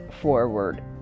forward